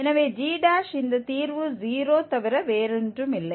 எனவே g இந்த தீர்வு 0 தவிர வேறொன்றும் இல்லை